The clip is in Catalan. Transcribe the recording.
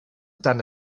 tant